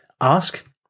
ask